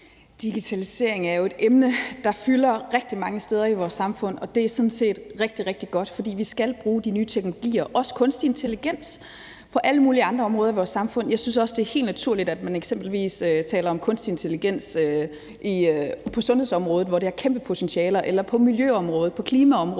jo et emne, der fylder rigtig mange steder i vores samfund, og det er sådan set rigtig, rigtig godt, for vi skal bruge de nye teknologier, også kunstig intelligens, på alle mulige andre områder i vores samfund. Jeg synes også, det er helt naturligt, at man eksempelvis taler om kunstig intelligens på sundhedsområdet, hvor det har kæmpe potentialer, eller på miljøområdet, på klimaområdet.